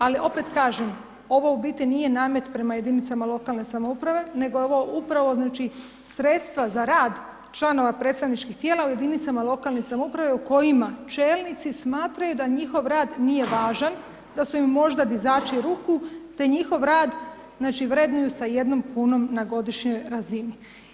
Ali, opet kažem, ovo u biti nije namet prema jedinice lokalne samouprave, nego je ovo upravo sredstva za rad članova predstavničkih tijela u jedinicama lokalne samouprave u kojima čelnici smatraju da njihov rad nije važan, da su im možda dižući ruku, te njihov rad znači vrednuju sa 1 kn na godišnjoj razini.